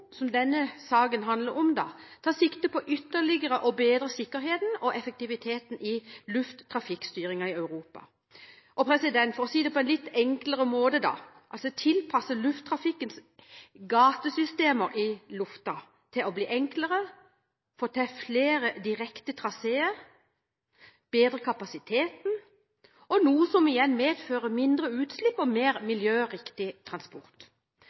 som denne saken handler om, tar sikte på ytterligere å bedre sikkerheten og effektiviteten i lufttrafikkstyringen i Europa – for å si det på en litt enklere måte: tilpasse lufttrafikkens gatesystemer i luften til å bli enklere, få til flere direkte traseer og bedre kapasiteten, noe som igjen medfører mindre utslipp og mer miljøriktig transport.